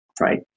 right